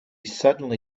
suddenly